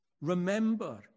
remember